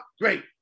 Great